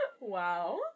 Wow